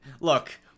Look